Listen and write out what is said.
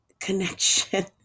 connection